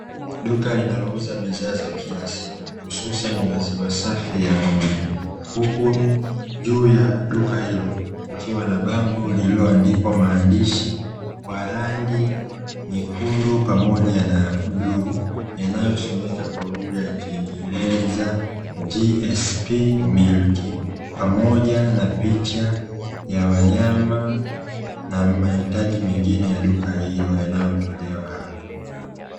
Duka linalouza bidhaa za kila siku hususani maziwa safi ya ng’ombe, huku juu ya duka hilo kukiwa na bango lililoandikwa maandishi kwa rangi nyekundu pamoja na ya bluu yanayosomeka kwa lugha ya kiingereza jiesipi milki pamoja na picha ya wanyama na mahitaji mengine ya duka yanayotolewa hapo.